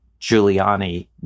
Giuliani